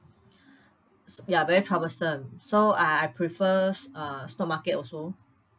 s~ ya very troublesome so I I prefers uh stock market also